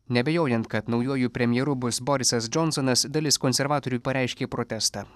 neabejojant kad naujuoju premjeru bus borisas džonsonas dalis konservatorių pareiškė protestą